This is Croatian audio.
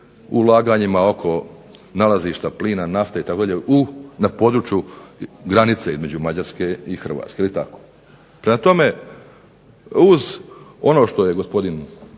ulaganjima u nalazišta plina, nafte na području između granice Mađarske i Hrvatske je li tako. Prema tome, uz ono što je gospodin